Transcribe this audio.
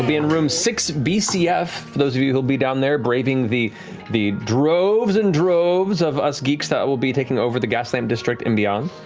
in room six bcf, for those of you who'll be down there braving the the droves and droves of us geeks that will be taking over the gaslamp district and beyond.